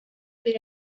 bir